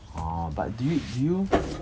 orh but do you do you